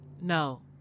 No